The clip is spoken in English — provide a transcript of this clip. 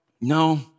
No